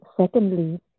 secondly